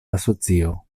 asocio